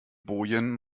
bojen